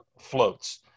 floats